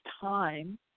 time